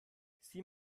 sieh